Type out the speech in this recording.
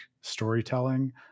storytelling